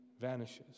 vanishes